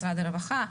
משרד הרווחה,